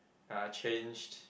uh changed